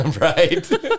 Right